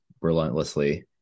relentlessly